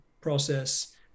process